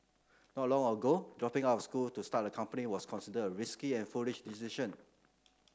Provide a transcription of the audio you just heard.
not long ago dropping out of school to start a company was considered a risky and foolish decision